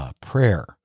prayer